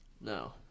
No